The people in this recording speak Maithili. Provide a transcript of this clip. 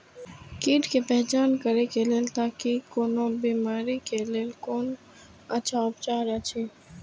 कीट के पहचान करे के लेल ताकि कोन बिमारी के लेल कोन अच्छा उपचार अछि?